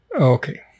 okay